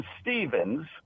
Stevens